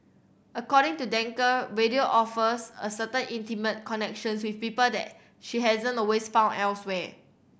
according to Danker radio offers a certain intimate connections with people that she hasn't always found elsewhere